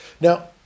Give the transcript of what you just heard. now